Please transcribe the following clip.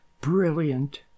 Brilliant